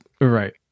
right